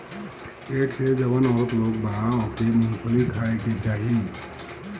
पेट से जवन औरत लोग बा ओके मूंगफली खाए के चाही